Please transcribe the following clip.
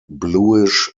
bluish